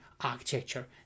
architecture